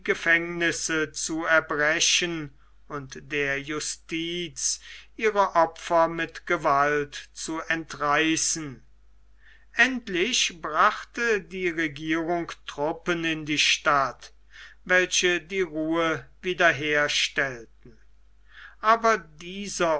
gefängnisse zu erbrechen und der justiz ihre opfer mit gewalt zu entreißen endlich brachte die regierung truppen in die stadt welche die ruhe wieder herstellten aber dieser